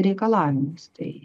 reikalavimus tai